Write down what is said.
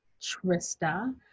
Trista